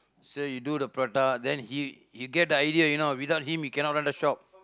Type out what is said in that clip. so you do the prata then he he get the idea you know without him you cannot run the shop